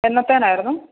എന്നത്തേതിനായിരുന്നു